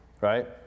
right